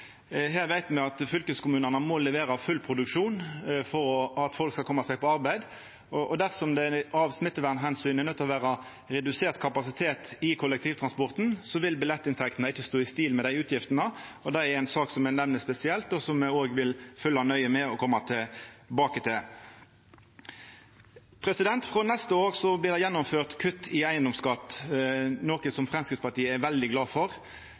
Her veit me at fylkeskommunane må levera full produksjon for at folk skal koma seg på arbeid. Dersom det av smittevernomsyn er nøydd til å vera redusert kapasitet i kollektivtransporten, vil billettinntektene ikkje stå i stil med dei utgiftene. Det er ei sak som me nemner spesielt, og som me òg vil følgja nøye med på og koma tilbake til. Frå neste år blir det gjennomført kutt i eigedomsskatten, noko som Framstegspartiet er veldig glad for.